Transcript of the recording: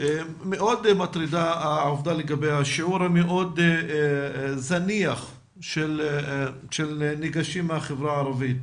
מאוד מטרידה העובדה לגבי השיעור המאוד זניח של ניגשים מהחברה הערבית,